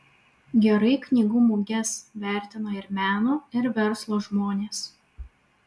gerai knygų muges vertina ir meno ir verslo žmonės